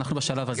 אנחנו בשלב הזה.